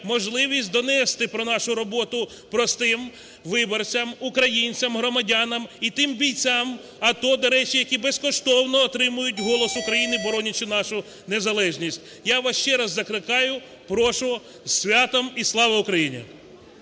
можливість донести про нашу роботу простим виборцям, українцям, громадянам і тим бійцям АТО, до речі, які безкоштовно отримують "Голос України", боронячи нашу незалежність. Я вас ще раз закликаю, прошу! Зі святом! І слава Україні!